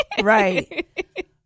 Right